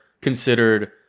considered